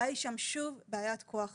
הבעיה היא שם, שוב, היא בעיית כוח אדם,